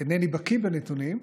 אינני בקיא בנתונים,